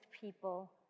people